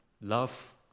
love